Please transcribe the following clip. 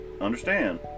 understand